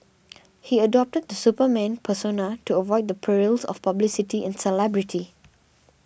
he adopted the Superman persona to avoid the perils of publicity and celebrity